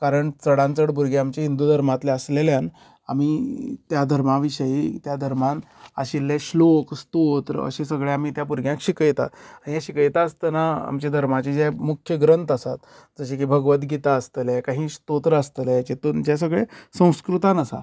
कारण चडानचड भुरगीं आमची हिंदू धर्मांतली आसलेल्यान आमी त्या धर्मा विशयी त्या धर्मान आशिल्ले श्लोक स्तोत्र अशें ते आमी सगळ्यां भुरग्यांक शिकयता हे शिकयता आसतना आमचे धर्माचे जे मुख्य ग्रंथ आसा जशे की भगवद गीता आसतले काही स्तोत्र आसतले जेतून जे सगळे संस्कृतान आसा